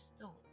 thoughts